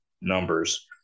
numbers